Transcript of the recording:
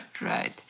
Right